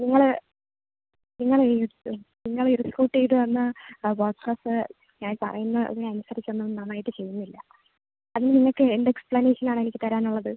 നിങ്ങൾ നിങ്ങൾ ഈ ഇത് നിങ്ങൾ റിക്രൂട്ട് ചെയ്ത് വന്ന ആ വർക്കേഴ്സ് ഞാൻ പറയുന്നതിന് അനുസരിച്ച് ഒന്നും നന്നായിട്ട് ചെയ്യുന്നില്ല അതിന് നിങ്ങൾക്ക് എന്ത് എക്സ്പ്ലനേഷൻ ആണ് എനിക്ക് തരാൻ ഉള്ളത്